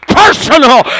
personal